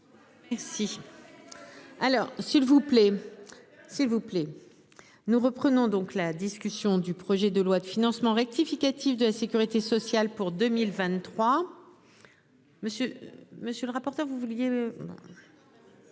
vous plaît. S'il vous plaît. Nous reprenons donc la discussion du projet de loi de financement rectificatif de la Sécurité sociale pour 2023. Monsieur, monsieur le rapporteur. Vous vouliez.